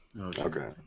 Okay